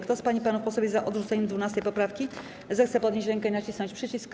Kto z pań i panów posłów jest za odrzuceniem 12. poprawki, zechce podnieść rękę i nacisnąć przycisk.